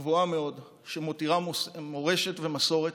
רבה מאוד, שמותירה מורשת ומסורת,